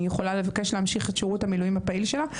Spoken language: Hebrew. היא יכולה לבקש להמשיך את שירות המילואים הפעיל שלה.